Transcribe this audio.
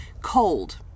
cold